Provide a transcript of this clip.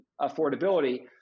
affordability